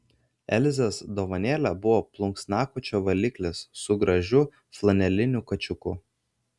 elzės dovanėlė buvo plunksnakočio valiklis su gražiu flaneliniu kačiuku